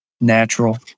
natural